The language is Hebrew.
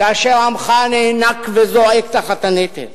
כאשר עמך נאנק וזועק תחת הנטל?